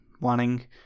wanting